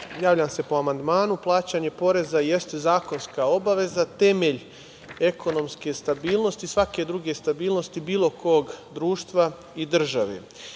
javljam se po amandmanu. Plaćanje poreza jeste zakonska obaveza, temelj ekonomske stabilnosti, i svake druge stabilnosti bilo kog društva i države. Ono